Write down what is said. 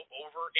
over